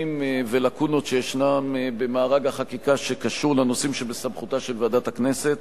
ולקונות במארג החקיקה שקשור לנושאים שבסמכותה של ועדת הכנסת.